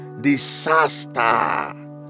disaster